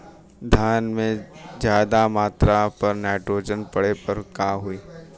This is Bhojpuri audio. धान में ज्यादा मात्रा पर नाइट्रोजन पड़े पर का होई?